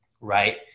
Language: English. right